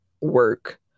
work